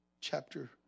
chapter